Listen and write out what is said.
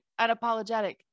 Unapologetic